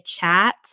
chat